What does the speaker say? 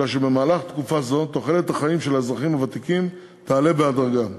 אלא שבמהלך תקופה זו תוחלת החיים של האזרחים הוותיקים תעלה בהדרגה,